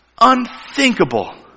Unthinkable